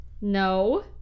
no